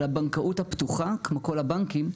לבנקאות הפתוחה, כמו כל הבנקים,